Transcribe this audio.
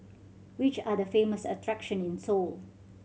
which are the famous attractions in Seoul